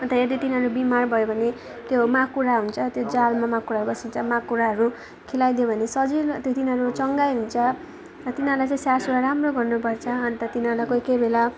अन्त यदि तिनीहरू बिमार भयो भने त्यो माकुरा हुन्छ त्यो जालमा माकुराहरू बसिन्छ माकुराहरू खिलाइदियो भने सजिलो त्यो तिनीहरू चङ्गाइ हुन्छ तिनीहरूलाई चाहिँ स्याहारसुसार राम्रो गर्नुपर्छ अन्त तिनीहरूलाई कोही कोही बेला